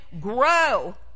grow